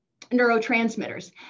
neurotransmitters